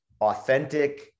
authentic